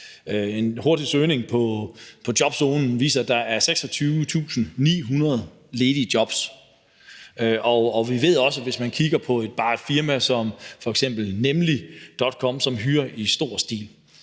En hurtig søgning på Jobzonen viser, at der er 26.900 ledige jobs, og vi ved også, at et firma som f.eks. Nemlig.com, hvis vi